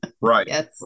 Right